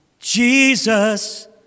Jesus